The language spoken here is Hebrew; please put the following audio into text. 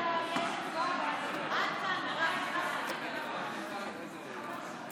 טיפול נפשי וביומנים אישיים (תיקוני חקיקה),